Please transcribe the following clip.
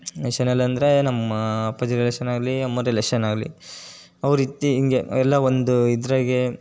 ರಿಲೇಶನಲ್ಲಿ ಅಂದರೆ ನಮ್ಮ ಅಪ್ಪಾಜಿ ರಿಲೇಶನ್ ಆಗಲಿ ಅಮ್ಮ ರಿಲೇಶನ್ ಆಗಲಿ ಅವ್ರು ಇತ್ತಿ ಹೀಗೇ ಎಲ್ಲ ಒಂದು ಇದ್ರಾಗೆ